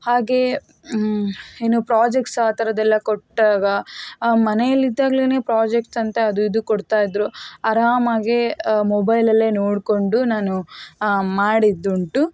ಹಾಗೆ ಏನು ಪ್ರಾಜೆಕ್ಟ್ಸ್ ಆ ಥರದ್ದೆಲ್ಲ ಕೊಟ್ಟಾಗ ಮನೆಯಲ್ಲಿದ್ದಾಗಲೇ ಪ್ರಾಜೆಕ್ಟ್ಸ್ ಅಂತೆ ಅದು ಇದು ಕೊಡ್ತಾಯಿದ್ದರು ಆರಾಮಾಗೆ ಮೊಬೈಲಲ್ಲೇ ನೋಡಿಕೊಂಡು ನಾನು ಮಾಡಿದ್ದುಂಟು